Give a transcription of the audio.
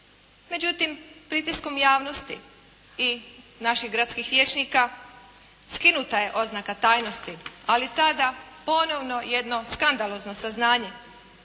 Međutim, pritiskom javnosti i naši gradskih vijećnika, skinuta je oznaka tajnosti, ali tada ponovno jedno skandalozno saznanje,